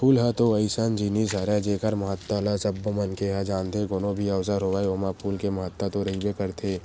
फूल ह तो अइसन जिनिस हरय जेखर महत्ता ल सबो मनखे ह जानथे, कोनो भी अवसर होवय ओमा फूल के महत्ता तो रहिबे करथे